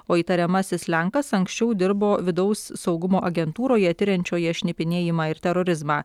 o įtariamasis lenkas anksčiau dirbo vidaus saugumo agentūroje tiriančioje šnipinėjimą ir terorizmą